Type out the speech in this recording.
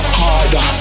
harder